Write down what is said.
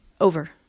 Over